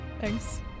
Thanks